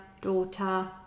daughter